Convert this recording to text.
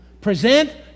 Present